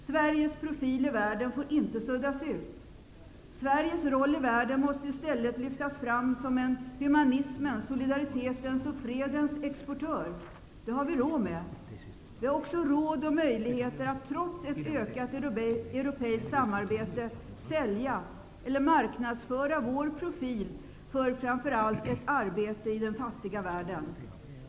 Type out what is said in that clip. Sveriges profil i världen får inte suddas ut. Sveriges roll i världen måste i stället lyftas fram som en humanismens, solidaritetens och fredens exportör. Det har vi råd med. Vi har också råd och möjligheter att trots ett ökat europeiskt samarbete sälja eller marknadsföra vår profil för framför allt ett arbete i den fattiga världen.